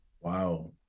Wow